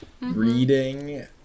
Reading